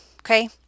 Okay